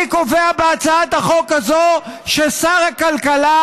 אני קובע בהצעת החוק הזאת ששר הכלכלה,